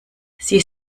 sie